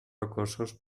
rocosos